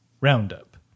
roundup